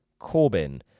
Corbyn